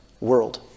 world